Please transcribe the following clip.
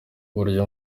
buryo